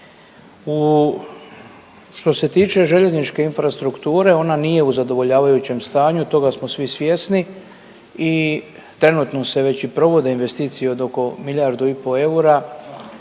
Što se tiče željezničke infrastrukture ona nije u zadovoljavajućem stanju. Toga smo svi svjesni i trenutno se već i provode investicije od oko milijardu i po eura